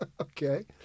Okay